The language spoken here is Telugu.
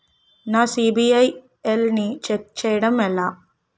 నా సిబిఐఎల్ ని ఛెక్ చేయడం ఎలా?